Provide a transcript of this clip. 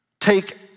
Take